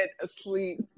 asleep